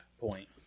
point